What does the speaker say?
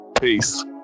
Peace